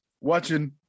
watching